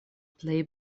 plej